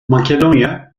makedonya